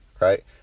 right